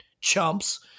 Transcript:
chumps